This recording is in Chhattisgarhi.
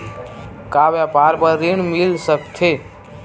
का व्यापार बर ऋण मिल सकथे?